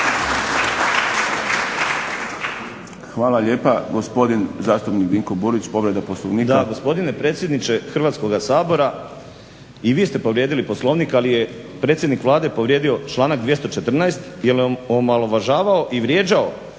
Hvala lijepa. Gospodin zastupnik Dinko Burić, povreda Poslovnika. **Burić, Dinko (HDSSB)** Gospodine predsjedniče Hrvatskoga sabora i vi ste povrijedili Poslovnik, ali je predsjednik Vlade povrijedio članak 214. jer je omalovažavao i vrijeđao